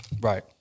right